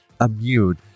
immune